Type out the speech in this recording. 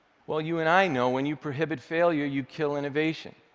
well, you and i know when you prohibit failure, you kill innovation.